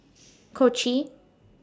Kochi